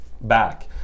back